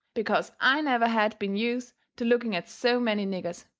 because i never had been use to looking at so many niggers.